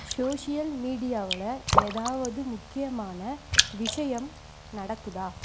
social மீடியாவில் ஏதாவது முக்கியமான விஷயம் நடக்குதா